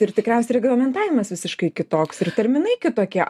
ir tikriausiai reglamentavimas visiškai kitoks ir terminai kitokie